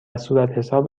صورتحساب